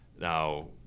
Now